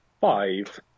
Five